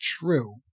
true